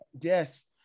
yes